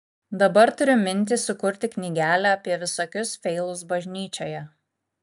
dabar turiu mintį sukurti knygelę apie visokius feilus bažnyčioje